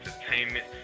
Entertainment